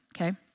okay